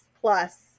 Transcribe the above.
plus